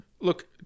Look